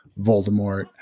voldemort